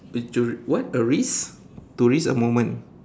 would you r~ what a risk to risk a moment